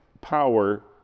power